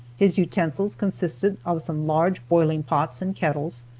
his utensils consisted of some large boiling pots and kettles,